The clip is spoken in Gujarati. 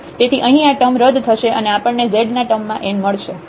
તેથી અહીં આ ટર્મ રદ થશે અને આપણને z ના ટર્મ માં n મળશે